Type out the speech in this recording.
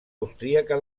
austríaca